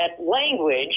language